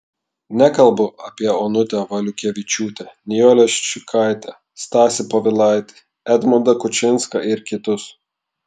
nekalbu apie onutę valiukevičiūtę nijolę ščiukaitę stasį povilaitį edmundą kučinską ir kitus